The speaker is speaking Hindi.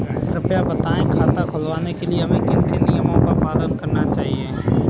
कृपया बताएँ खाता खुलवाने के लिए हमें किन किन नियमों का पालन करना चाहिए?